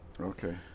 okay